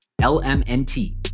L-M-N-T